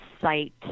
site